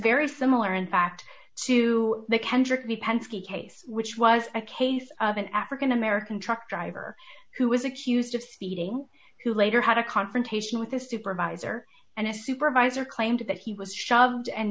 very similar in fact to the kendrick the penske case which was a case of an african american truck driver who was accused of speeding who later had a confrontation with a supervisor and a supervisor claimed that he was shoved and